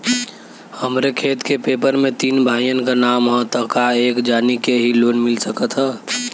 हमरे खेत के पेपर मे तीन भाइयन क नाम ह त का एक जानी के ही लोन मिल सकत ह?